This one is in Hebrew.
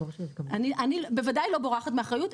אני בוודאי לא בורחת מאחריות,